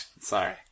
sorry